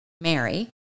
Mary